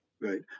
Right